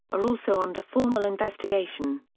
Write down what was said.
are also under formal investigation.